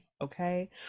Okay